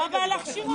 מה הבעיה להכשיר אותם?